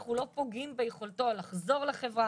אנחנו לא פוגעים ביכולתו לחזור לחברה,